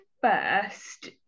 first